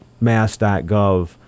mass.gov